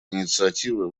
инициативы